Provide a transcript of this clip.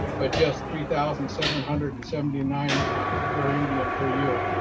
but just three thousand seven hundred and seventy nine per indian per year.